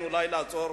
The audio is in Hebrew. הכיסאות.